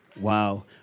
Wow